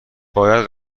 باید